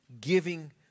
Giving